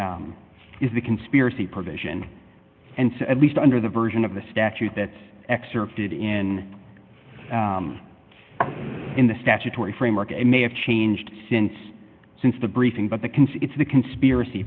the is the conspiracy provision and at least under the version of the statute that's excerpted in in the statue tory framework it may have changed since since the briefing but the conceit it's the conspiracy